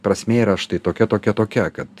prasmė yra štai tokia tokia tokia kad